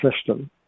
system